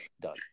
Done